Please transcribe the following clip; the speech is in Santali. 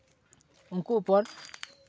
ᱩᱱᱠᱩ ᱩᱯᱚᱨ